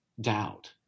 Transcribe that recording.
doubt